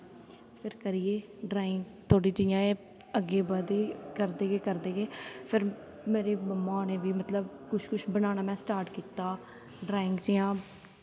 फिर करियै ड्राईंग थोह्ड़ी जियां एह् अग्गेंं बधदे गे करदे गे करदे गे फिर मेरी मम्मा होरें बी मतलब कुछ कुछ बनाना स्टार्ट में कीता ड्राईंग जियां